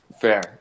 Fair